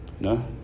No